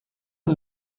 ein